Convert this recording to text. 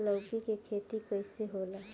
लौकी के खेती कइसे होला?